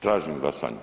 Tražim glasanje.